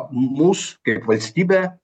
mus kaip valstybę